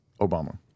Obama